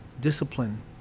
discipline